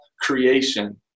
creation